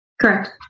Correct